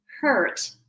hurt